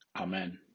Amen